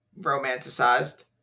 romanticized